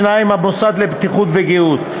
2. המוסד לבטיחות וגיהות.